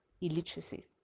illiteracy